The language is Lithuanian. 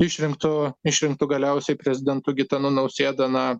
išrinktu išrinktu galiausiai prezidentu gitanu nausėda na